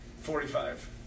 forty-five